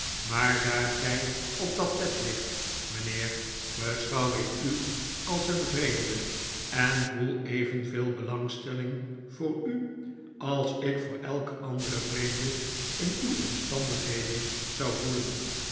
maar daar gij op dat bed ligt mijnheer beschouw ik u als een vreemde en voel evenveel belangstelling voor u als ik voor elken anderen vreemde in uw omstandigheden zou voel